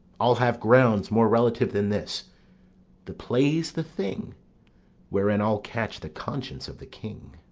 i'll have grounds more relative than this the play's the thing wherein i'll catch the conscience of the king.